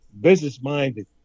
business-minded